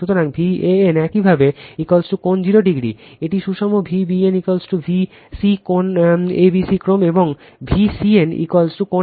সুতরাং Van একইভাবে কোণ 0o এটি সুষম Vbn Vc কোণ সময় উল্লেখ করুন 2215 a b c ক্রম